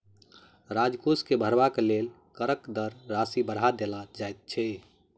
राजकोष के भरबाक लेल करक दर राशि के बढ़ा देल जाइत छै